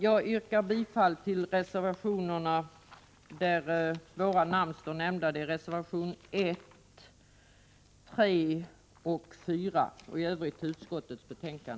Jag yrkar bifall till reservationerna 1, 3 och 4 och i övrigt bifall till utskottets hemställan.